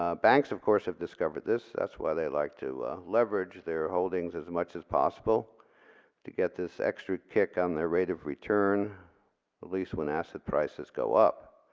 ah banks of course have discovered this, that's why they like to leverage their holdings as much as possible to get this extra kick on the rate of return at least when asset prices go up.